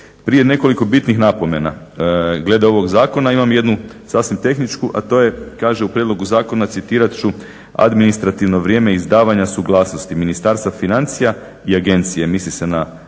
Prije nekoliko bitnih napomena. Glede ovog zakona imam jednu sasvim tehničku, a to je kaže u prijedlogu zakona citirat ću administrativno vrijeme izdavanja suglasnosti Ministarstva financija i agencije.